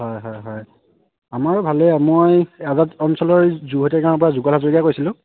হয় হয় হয় আমাৰো ভালেই মই আজাদ অঞ্চলৰ যুহতীয়া গাঁৱৰ পৰা যোগল হাজৰিকাই কৈছিলোঁ